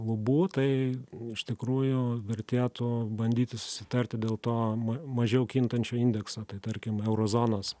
lubų tai iš tikrųjų vertėtų bandyti susitarti dėl to mažiau kintančio indekso tai tarkim euro zonos